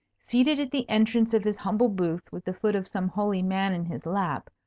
seated at the entrance of his humble booth, with the foot of some holy man in his lap,